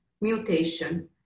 mutation